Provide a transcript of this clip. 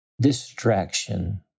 distraction